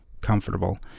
comfortable